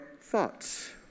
thoughts